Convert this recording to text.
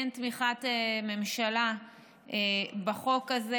אין תמיכת ממשלה בחוק הזה,